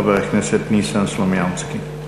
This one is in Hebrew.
חבר הכנסת ניסן סלומינסקי.